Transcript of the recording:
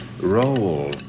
Roll